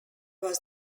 was